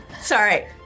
Sorry